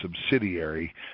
subsidiary